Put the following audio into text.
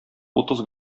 утыз